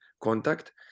contact